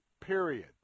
period